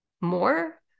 more